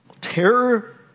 terror